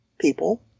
people